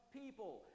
people